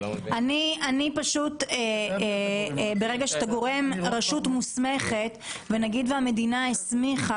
ברגע שיש רשות מוסמכת, נגיד שהמדינה הסמיכה